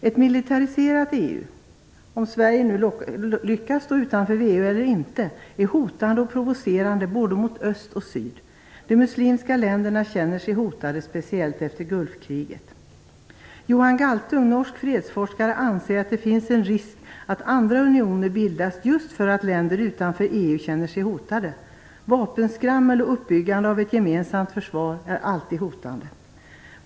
Ett militariserat EU - om Sverige nu lyckas stå utanför VEU eller inte - är hotande och provocerande både mot öst och syd. De muslimska länderna känner sig hotade, speciellt efter Gulfkriget. Johan Galtung, norsk fredsforskare, anser att det finns en risk att andra unioner bildas, just för att länder utanför EU känner sig hotade. Vapenskrammel och uppbyggande av ett gemensamt försvar är alltid hotande.